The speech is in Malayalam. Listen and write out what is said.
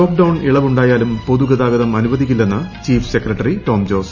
ലോക്ഡൌൺ ഇളവൂണ്ടായാലും പൊതുഗതാഗതം അനുവദിക്കില്ലെന്ന് ചീഫ് സെക്രട്ടറി ടോം ജോസ്